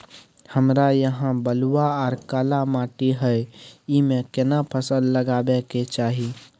हमरा यहाँ बलूआ आर काला माटी हय ईमे केना फसल लगबै के चाही?